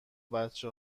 بچه